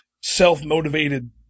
self-motivated